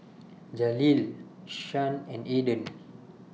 Jaleel Shan and Aydan